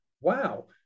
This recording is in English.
wow